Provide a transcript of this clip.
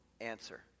answer